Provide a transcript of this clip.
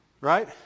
Right